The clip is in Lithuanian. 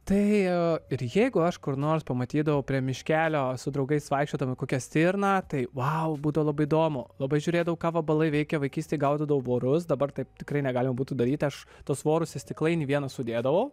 tai ir jeigu aš kur nors pamatydavau prie miškelio su draugais vaikščiodami kokią stirną tai vau būdavo labai įdomu labai žiūrėdavau ką vabalai veikia vaikystėje gaudydavau vorus dabar taip tikrai negalima būtų daryti aš tuos vorus į stiklainį vieną sudėdavau